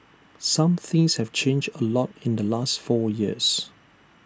some things have changed A lot in the last four years